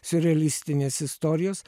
siurrealistinės istorijos